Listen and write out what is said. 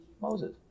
Moses